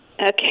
Okay